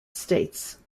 states